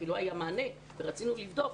כי לא היה מענה ורצינו לבדוק,